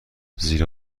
زیر